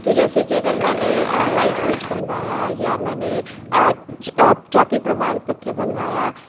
तो जैसे कि अगर मैंने लाइसेंस बनवाया या मैंने जाति प्रमाण पत्र बनवाया